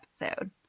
episode